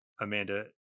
Amanda